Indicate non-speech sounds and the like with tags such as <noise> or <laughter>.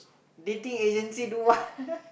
dating agency do what <laughs>